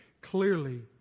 clearly